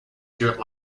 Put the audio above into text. dear